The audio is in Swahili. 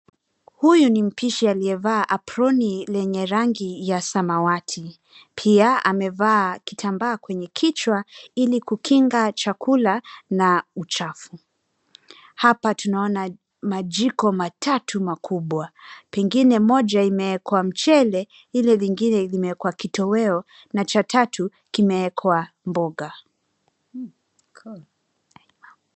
Huyu ni mpishi aliyevaa aproni lenye rangi ya samawati. Pia amevaa kitambaa kwenye kichwa ili kukinga chakula na uchafu. Hapa tunaona majiko matatu makubwa pengine moja imewekwa mchele ile lingine limekuwa kitoweo na cha tatu kimewekwa mboga.